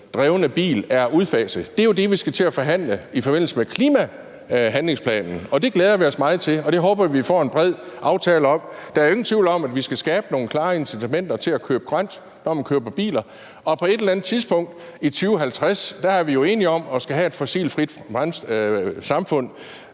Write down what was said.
fossildrevne bil er udfaset. Det er jo det, vi skal til at forhandle om i forbindelse med klimahandlingsplanen. Det glæder vi os meget til, og det håber vi at vi får en bred aftale om. Der er jo ingen tvivl om, at vi skal skabe nogle klare incitamenter til at købe grønt, når man køber i biler, og på et eller andet tidspunkt i 2050 er vi jo enige om, at vi skal have et fossilfrit samfund.